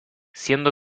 siendo